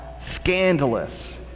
scandalous